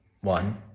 one